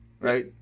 right